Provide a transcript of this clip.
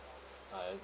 I